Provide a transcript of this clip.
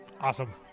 Awesome